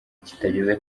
kitageze